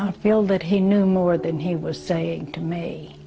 i feel that he knew more than he was saying to me